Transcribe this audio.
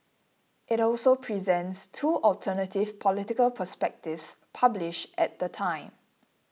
it also presents two alternative political perspectives publish at the time